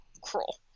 cruel